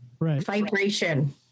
vibration